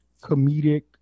comedic